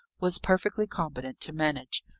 was perfectly competent to manage,